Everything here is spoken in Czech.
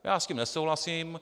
Já s tím nesouhlasím.